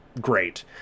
great